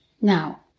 Now